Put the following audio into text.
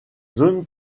zones